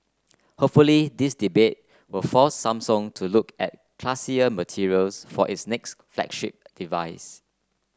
hopefully this debate will force Samsung to look at classier materials for its next flagship device